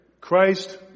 Christ